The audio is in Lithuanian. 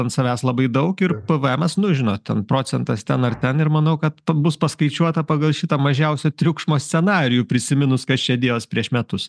ant savęs labai daug ir pvmas nu žinot ten procentas ten ar ten ir manau kad bus paskaičiuota pagal šitą mažiausio triukšmo scenarijų prisiminus kas čia dėjos prieš metus